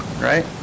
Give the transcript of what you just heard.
Right